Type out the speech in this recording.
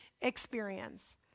experience